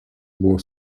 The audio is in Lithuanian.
buvo